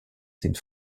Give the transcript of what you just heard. sind